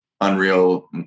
unreal